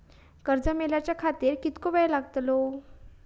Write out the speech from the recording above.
कर्ज मेलाच्या खातिर कीतको वेळ लागतलो?